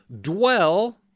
dwell